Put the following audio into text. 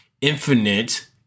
infinite